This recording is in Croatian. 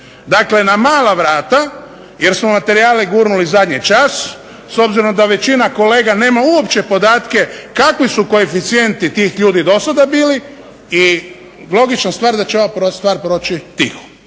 Dakle, na mala vrata jer smo materijale gurnuli zadnji čas, s obzirom da većina kolega nema uopće podatke kakvi su koeficijenti tih ljudi do sada bili i logična stvar da će ova prva stvar proći tiho.